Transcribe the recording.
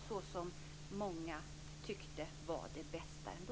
Det var många som tyckte att det var det bästa ändå.